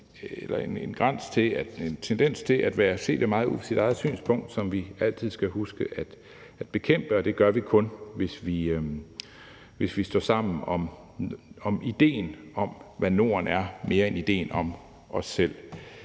eller en tendens til at se det meget ud fra sit eget synspunkt, som vi altid skal huske at bekæmpe, og det gør vi kun, hvis vi står mere sammen om idéen om, hvad Norden er, end idéen om os selv.